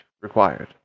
required